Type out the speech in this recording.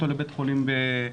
לקחו לבית חולים בחיפה.